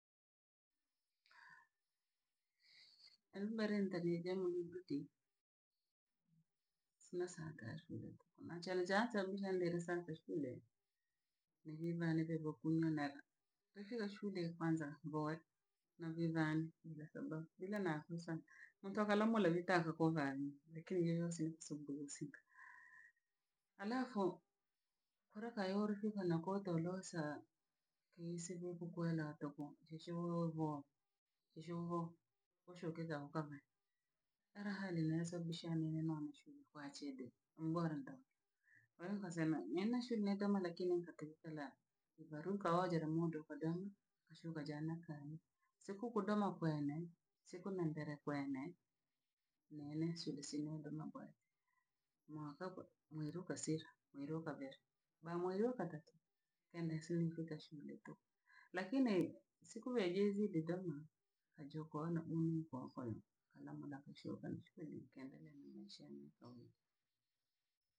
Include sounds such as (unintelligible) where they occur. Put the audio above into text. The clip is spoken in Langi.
Halu mbere ntajejee muliguti, sina saaka shuleko. komachanjaa tyabuzambele safe shule, niviva ninevo kunyu neki. Twefika shule kwanza mboowe na vii vane bila sababu bila na kusa. Ntu akalamula litanka kuvai lakini iyo yose sunguru sinki, halafu kura kayoori fika no kotoolusa kisivikukwelewa tuku, joshe woyovwa. Jeshovwo ushuke na we ukavae ila hali no yasababisha nine na amuchubu ko achede ongwaranta we nkasema niena shuneta lakini haknikera nivaruka ojera mundo oka domu kashuka jana kani. Sekuko dome kwene sekone mbele kwene, neene sulesimondo magoe mwakwakwe mwerukwesira mwerukabere, bha mweri okadatu keneseri funka shule tuhu lakini siku bhejeziditanwa ajiokoaga bu (unintelligible) karamu na kushoka nichukue nkaendelee na maisha ya kawaida.